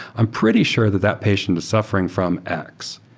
i'm pretty sure that that patient is suffering from x.